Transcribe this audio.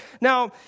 Now